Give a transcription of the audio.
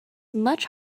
much